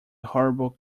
horrible